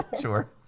Sure